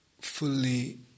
fully